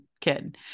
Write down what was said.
kid